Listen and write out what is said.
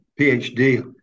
PhD